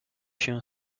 się